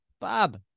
Bob